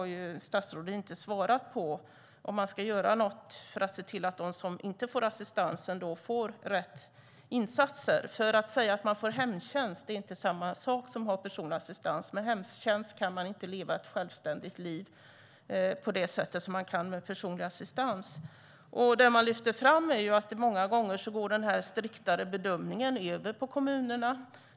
Statsrådet har inte svarat på frågan om något ska göras för att se till att de som inte får assistans får rätt insatser. Hemtjänst är inte samma sak som att få personlig assistans. Med hemtjänst kan man inte leva ett självständigt liv på det sätt man kan med personlig assistans. Många gånger läggs den striktare bedömningen över på kommunerna.